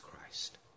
Christ